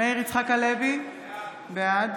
מאיר יצחק הלוי, בעד